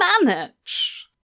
manage